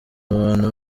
abantu